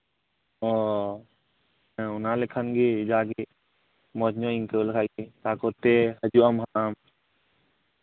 ᱚᱱᱟ ᱞᱮᱠᱷᱟᱱ ᱜᱮ ᱡᱟᱜᱜᱮ ᱢᱚᱸᱡ ᱧᱚᱜ ᱤᱧ ᱟᱹᱭᱠᱟᱹᱣ ᱞᱮᱠᱷᱟᱡ ᱜᱮ ᱛᱟᱨ ᱠᱚᱛᱮ